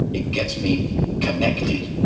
it gets me connected.